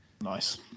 nice